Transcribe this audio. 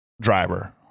driver